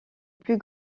plus